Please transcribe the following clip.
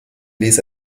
ließ